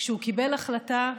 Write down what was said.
כשהוא קיבל החלטה,